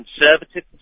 conservative